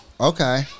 Okay